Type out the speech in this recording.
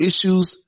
issues